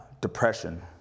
depression